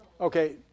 Okay